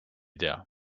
tea